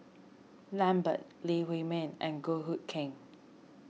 Lambert Lee Huei Min and Goh Hood Keng